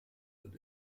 wird